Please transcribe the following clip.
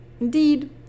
Indeed